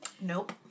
Nope